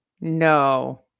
No